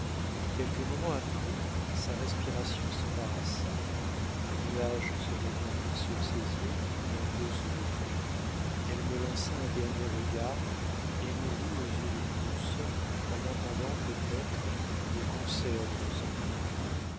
quelques moments après sa respiration s'embarrassa un nuage se répandit sur ses yeux qui bientôt se rouvrirent elle me lança un dernier regard et mourut aux yeux de tous en entendant peut-être le concert de nos sanglots